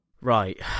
Right